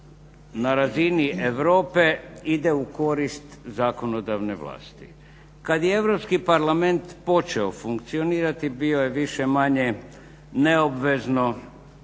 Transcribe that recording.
na razini Europe ide u korist zakonodavne vlasti. kada je Europski parlament počeo funkcionirati bio je više-manje neobvezno